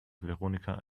veronika